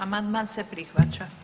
Amandman se prihvaća.